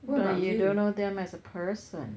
what about you